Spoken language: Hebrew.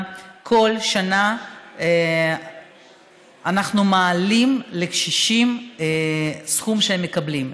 כל שנה אנחנו מעלים לקשישים את הסכום שהם מקבלים.